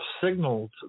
signaled